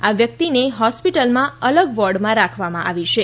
આ વ્યક્તિને હોસ્પિટલમાં અલગ વોર્ડમાં રાખવામાં આવી છે